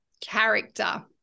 character